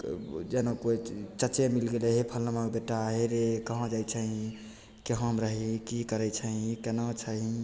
जेना कोइ चचे मिल गेलय फलम्माके बेटा हरय कहाँ जाइ छही केहम रही की करय छही केना छही